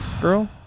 girl